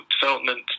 Development